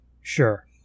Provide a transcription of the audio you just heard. sure